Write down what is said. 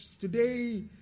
today